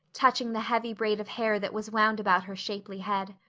touching the heavy braid of hair that was wound about her shapely head.